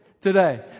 today